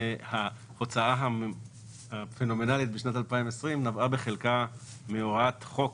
ההוצאה הפנומנאלית בשנת 2020 נבעה בחלקה מהוראת חוק